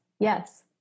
Yes